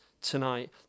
tonight